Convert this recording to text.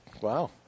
Wow